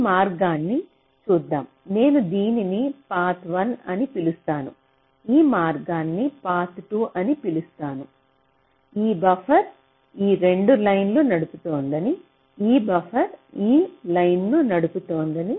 ఈ మార్గాన్ని చూద్దాం నేను దీనిని పాత్ 1 అని పిలుస్తాను ఈ మార్గాన్ని పాత్ 2 అని పిలుస్తాను ఈ బఫర్ ఈ 2 లైన్లను నడుపుతోంది ఈ బఫర్ ఈ లైన్ను నడుపుతోంది